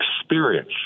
experience